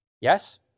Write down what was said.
Yes